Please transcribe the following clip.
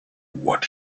what